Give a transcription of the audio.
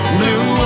blue